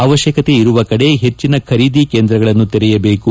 ಅವಶ್ಲಕತೆ ಇರುವ ಕಡೆ ಹೆಚ್ಚಿನ ಖರೀದಿ ಕೇಂದ್ರಗಳನ್ನು ತೆರೆಯಬೇಕು